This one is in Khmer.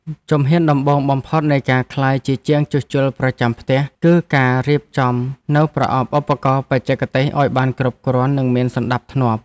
ជំហានដំបូងបំផុតនៃការក្លាយជាជាងជួសជុលប្រចាំផ្ទះ គឺការរៀបចំនូវប្រអប់ឧបករណ៍បច្ចេកទេសឱ្យបានគ្រប់គ្រាន់ និងមានសណ្តាប់ធ្នាប់។